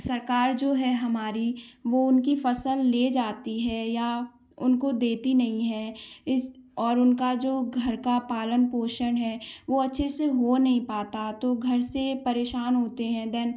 सरकार जो है हमारी वो उनकी फ़सल ले जाती है या उनको देती नहीं है इस और उनका जो घर का पालन पोषण है वो अच्छे से हो नहीं पाता तो घर से परेशान होते हैं देन